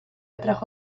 atrajo